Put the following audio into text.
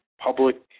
public